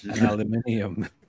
aluminium